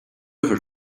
ever